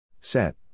Set